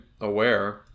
aware